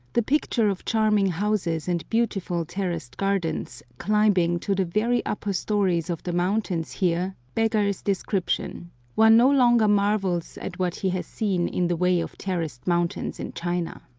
the picture of charming houses and beautiful terraced gardens climbing to the very upper stories of the mountains here beggars description one no longer marvels at what he has seen in the way of terraced mountains in china.